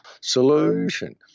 solution